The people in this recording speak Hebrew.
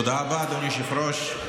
תודה רבה, אדוני היושב-ראש.